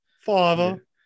Father